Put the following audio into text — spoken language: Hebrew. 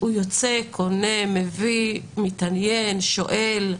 הוא יוצא, קונה, מביא, מתעניין, שואל.